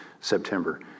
September